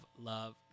love